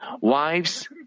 wives